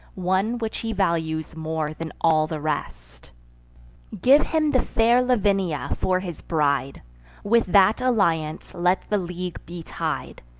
one which he values more than all the rest give him the fair lavinia for his bride with that alliance let the league be tied,